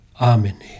Amen